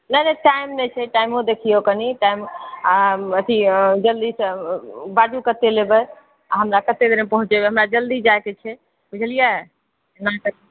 नहि नहि टाइम नहि छै टाइमो देखिऔ कनि टाइमो आ अथी जल्दीसँ बाजू कते लेबै आ हमरा कते देरमे पहुँचेबै हमरा जल्दी जाएके छै बुझलियै